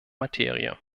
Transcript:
materie